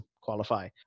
qualify